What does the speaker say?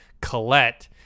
Colette